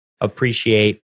appreciate